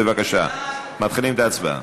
בבקשה, מתחילים את ההצבעה.